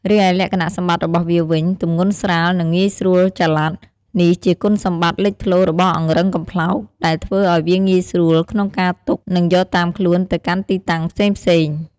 រីឯលក្ខណៈសម្បត្តិរបស់វាវិញ ទម្ងន់ស្រាល និងងាយស្រួលចល័ត នេះជាគុណសម្បត្តិលេចធ្លោរបស់អង្រឹងកំប្លោក ដែលធ្វើឲ្យវាងាយស្រួលក្នុងការទុក និងយកតាមខ្លួនទៅកាន់ទីតាំងផ្សេងៗ។